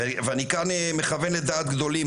אני מכוון כאן לדעת גדולים,